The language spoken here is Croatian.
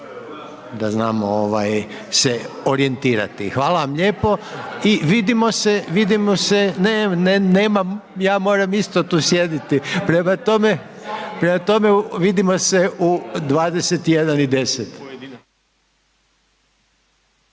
da znamo ovaj se orijentirati. Hvala vam lijepo i vidimo se, vidimo se, ne nemam ja moram isto tu sjediti, prema tome vidimo se u 21 i 10.